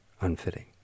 unfitting